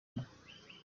umwe